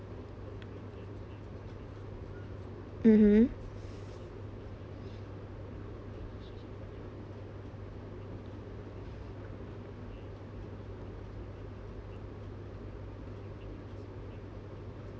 mmhmm